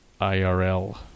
IRL